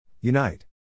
Unite